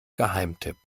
geheimtipp